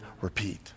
repeat